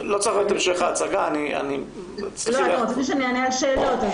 רצית שאני אענה על שאלות.